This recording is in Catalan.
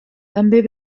també